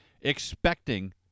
expecting